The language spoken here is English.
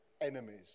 enemies